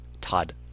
Todd